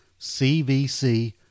CVC